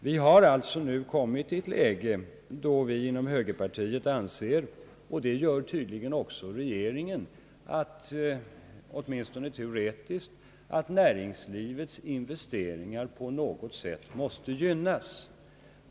Vi har nu kommit i ett läge då högerpartiet — och tydligen även regeringen, åtminstone teoretiskt — anser att näringslivets investeringar på något sätt måste gynnas.